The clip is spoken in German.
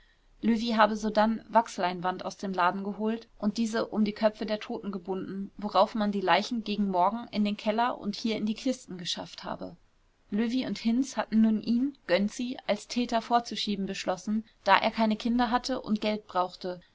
löwy habe sodann wachsleinwand aus dem laden geholt und diese um die köpfe der toten gebunden worauf man die leichen gegen morgen in den keller und hier in die kisten geschafft habe löwy und hinz hatten nun ihn gönczi als täter vorzuschieben beschlossen da er keine kinder hatte und geld brauchte